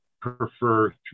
prefer